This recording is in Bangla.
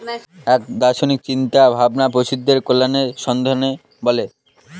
এক দার্শনিক চিন্তা ভাবনা পশুদের কল্যাণের সম্বন্ধে বলে